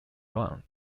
round